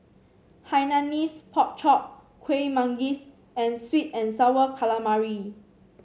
Hainanese Pork Chop Kueh Manggis and sweet and sour calamari